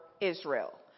Israel